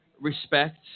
respect